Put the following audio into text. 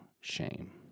shame